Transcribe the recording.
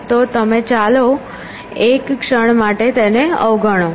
તો ચાલો એક ક્ષણ માટે તેને અવગણો